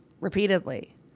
repeatedly